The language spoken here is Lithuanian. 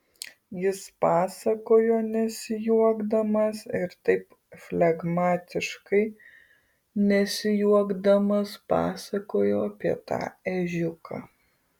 jis pasakojo nesijuokdamas ir taip flegmatiškai nesijuokdamas pasakojo apie tą ežiuką